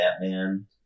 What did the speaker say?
Batman